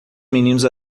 meninos